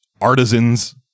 artisans